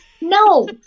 No